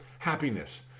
happiness